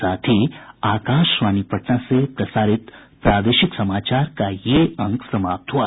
इसके साथ ही आकाशवाणी पटना से प्रसारित प्रादेशिक समाचार का ये अंक समाप्त हुआ